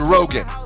Rogan